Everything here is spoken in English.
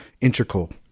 integral